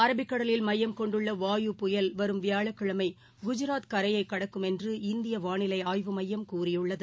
அரபிக்கடலில் மையம் கொண்டுள்ளவாயு புயல் வரும் வியாழக்கிழமைகுஜாத் கரையைகடக்கும் என்று இந்தியவானிலைஆய்வு மையம் கூறியுள்ளது